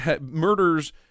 murders